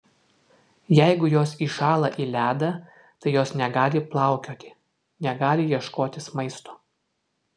jeigu jos įšąla į ledą tai jos negali plaukioti negali ieškotis maisto